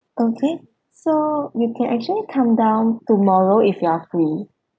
okay so you can actually come down tomorrow if you are free